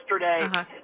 yesterday